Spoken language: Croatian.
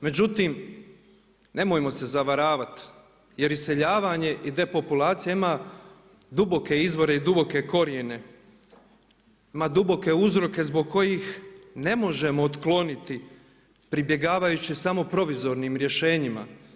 Međutim nemojmo se zavaravat, jer iseljavanje i depopulacija ima duboke izvore i duboke korijene, ima duboke uzroke zbog kojih ne možemo otkloniti pribjegavajući samo provizornim rješenjima.